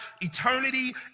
eternity